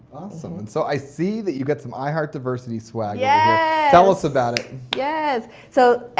awesome. and so, i see that you got some i heart diversity swag yeah tell us about it. yes. so,